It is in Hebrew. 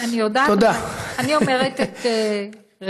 אני יודעת, אבל אני אומרת את רצוני.